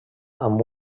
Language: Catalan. amb